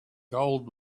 gold